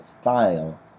style